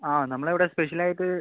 ആ നമ്മൾ ഇവിടെ സ്പെഷ്യൽ ആയിട്ട്